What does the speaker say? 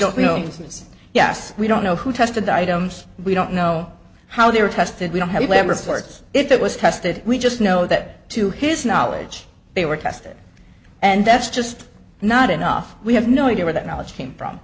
don't know yes we don't know who tested items we don't know how they were tested we don't have a laboratory if it was tested we just know that to his knowledge they were tested and that's just not enough we have no idea where that knowledge came from